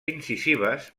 incisives